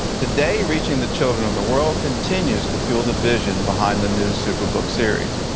today, reaching the children of the world continues to fuel the vision behind the new superbook series.